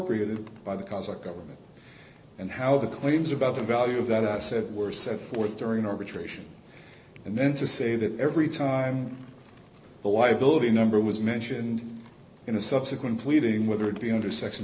ed by the cause of government and how the claims about the value of that i said were set forth during arbitration and then to say that every time the liability number was mentioned in a subsequent pleading whether it be under section